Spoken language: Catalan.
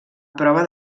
prova